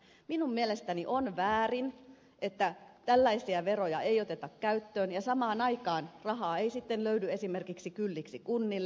minun mielestäni on väärin että tällaisia veroja ei oteta käyttöön ja samaan aikaan rahaa ei sitten löydy esimerkiksi kylliksi kunnille